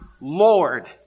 Lord